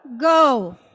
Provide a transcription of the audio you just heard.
go